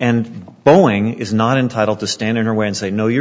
and boeing is not entitled to stand in her way and say no you're